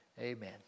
Amen